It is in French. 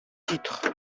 titre